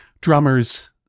drummers